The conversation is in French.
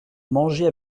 manger